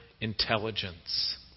intelligence